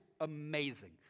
amazing